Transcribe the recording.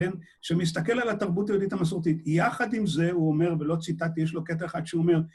כן? שמסתכל על התרבות היהודית המסורתית. יחד עם זה הוא אומר, ולא ציטטתי, יש לו קטע אחד שאומר,